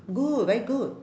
good very good